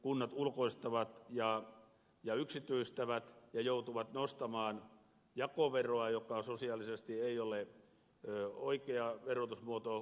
kunnat ulkoistavat ja yksityistävät ja joutuvat nostamaan jakoveroa joka sosiaalisesti ei ole oikea verotusmuoto kriisitilanteessa